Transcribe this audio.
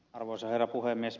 arvoisa herra puhemies